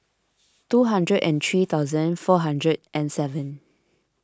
two hundred and three thousand four hundred and seven